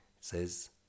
says